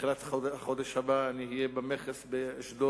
בתחילת החודש הבא אני אהיה במכס באשדוד,